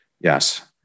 Yes